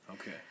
Okay